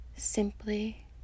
Simply